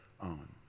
on